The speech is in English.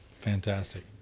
fantastic